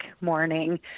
morning